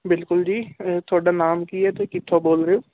ਬਿਲਕੁਲ ਜੀ ਅ ਤੁਹਾਡਾ ਨਾਮ ਕੀ ਹੈ ਅਤੇ ਕਿੱਥੋਂ ਬੋਲ ਰਹੇ ਹੋ